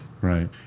Right